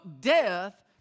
death